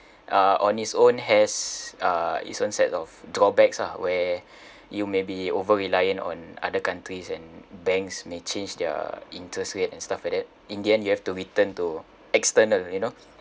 uh on its own has uh its own set of drawbacks ah where you may be overly reliant on other countries and banks may change their interest rate and stuff like that in the end you have to return to external you know